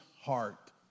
heart